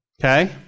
okay